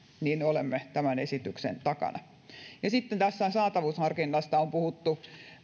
niin olemme tämän esityksen takana sitten tästä saatavuusharkinnasta on puhuttu